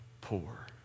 poor